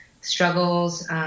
struggles